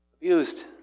abused